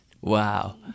Wow